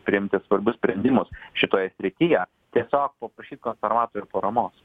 priimti svarbius sprendimus šitoje srityje tiesiog paprašyt konservatorių paramos